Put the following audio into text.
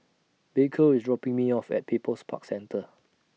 Baker IS dropping Me off At People's Park Centre